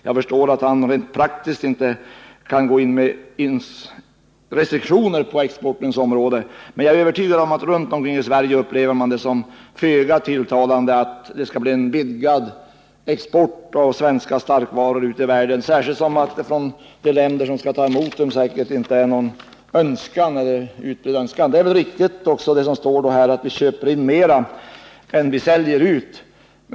Jag förstår att han rent praktiskt inte kan införa ens restriktioner när det gäller exporten. Jag är emellertid övertygad om att man runt om i Sverige upplever det som föga tilltalande att det kommer att bli en vidgning av den svenska exporten av starkvaror, särskilt som det i de länder som skall ta emot varorna säkert inte finns någon utbredd önskan att ta emot dem. Det är väl också riktigt att vi köper in mera än vad vi säljer.